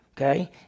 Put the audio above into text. Okay